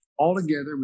Altogether